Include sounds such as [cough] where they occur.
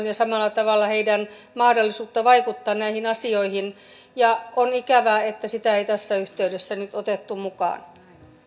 [unintelligible] ja samalla tavalla heidän mahdollisuuttaan vaikuttaa näihin asioihin pitää paremmin ottaa huomioon ja on ikävää että niitä ei tässä yhteydessä nyt otettu mukaan